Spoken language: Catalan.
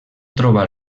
trobar